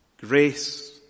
grace